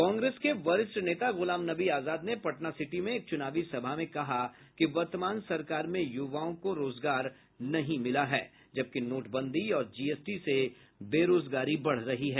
कांग्रेस के वरिष्ठ नेता गुलाम नबी आजाद ने पटनासिटी में एक चुनावी सभा में कहा कि वर्तमान सरकार में युवाओं को रोजगार नहीं मिला है जबकि नोटबंदी और जीएसटी से बेरोजगारी बढ़ गयी है